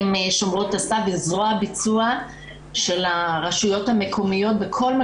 הן שומרות הסף וזרוע הביצוע של הרשויות המקומיות בכל מה